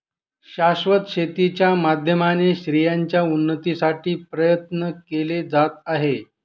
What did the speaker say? शाश्वत शेती च्या माध्यमाने स्त्रियांच्या उन्नतीसाठी प्रयत्न केले जात आहे